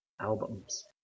albums